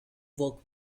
woke